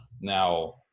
Now